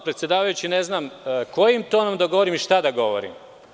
Predsedavajući, samo ne znam kojim tonom da govorim i šta da govorim.